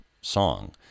song